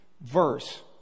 verse